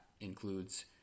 includes